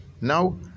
Now